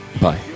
Bye